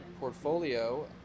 portfolio